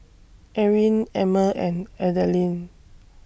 Erin Emmer and Adalynn